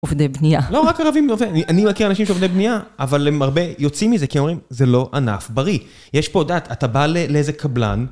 עובדי בנייה. לא, רק ערבים עובדים. אני, אני מכיר אנשים שעובדי בנייה, אבל הם הרבה יוצאים מזה. כי אומרים, זה לא ענף בריא. יש פה דעת, אתה בא ל... לאיזה קבלן...